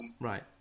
Right